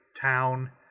town